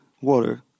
water